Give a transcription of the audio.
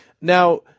Now